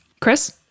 Chris